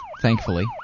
thankfully